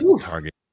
target